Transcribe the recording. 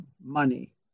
Money